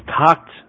talked